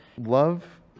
love